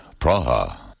Praha